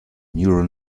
neural